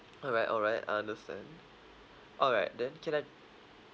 alright alright I understand alright then can I